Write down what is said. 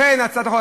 לכן הצעת החוק,